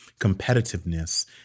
competitiveness